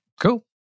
Cool